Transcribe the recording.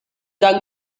dan